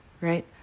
right